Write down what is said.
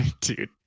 dude